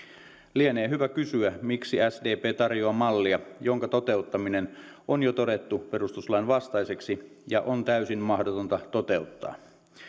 lienee hyvä kysyä miksi sdp tarjoaa mallia jonka toteuttaminen on jo todettu perustuslain vastaiseksi ja joka on täysin mahdotonta toteuttaa